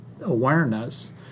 awareness